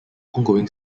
ongoing